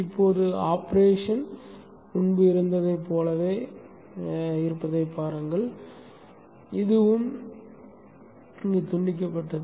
இப்போது ஆபரேஷன் முன்பு இருந்ததைப் போலவே இருப்பதைப் பாருங்கள் இதுவும் இதுவும் துண்டிக்கப்பட்டது